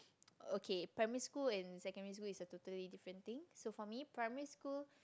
okay primary school and secondary school is a totally different thing so for me primary school